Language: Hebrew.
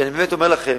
אני באמת אומר לכם,